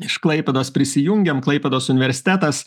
iš klaipėdos prisijungiam klaipėdos universitetas